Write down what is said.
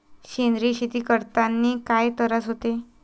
सेंद्रिय शेती करतांनी काय तरास होते?